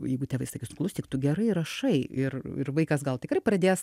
jeigu tėvai sakys klausyk tu gerai rašai ir ir vaikas gal tikrai pradės